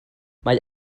mae